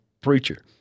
preacher